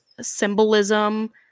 symbolism